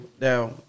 now